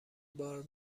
بار